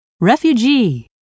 refugee